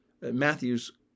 Matthew's